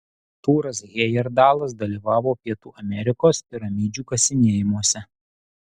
tūras hejerdalas dalyvavo pietų amerikos piramidžių kasinėjimuose